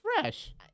Fresh